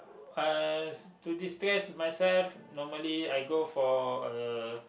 uh to distress myself normally I go for a